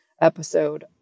episode